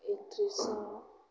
एक्ट्रेसआव